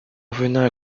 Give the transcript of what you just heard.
venin